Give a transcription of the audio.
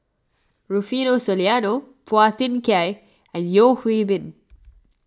Rufino Soliano Phua Thin Kiay and Yeo Hwee Bin